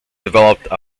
developed